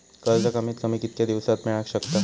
कर्ज कमीत कमी कितक्या दिवसात मेलक शकता?